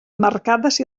marcades